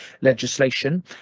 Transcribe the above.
legislation